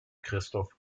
christoph